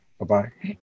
Bye-bye